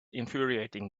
infuriating